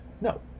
no